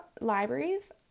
libraries